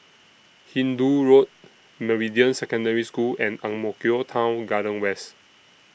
Hindoo Road Meridian Secondary School and Ang Mo Kio Town Garden West